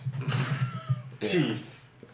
Teeth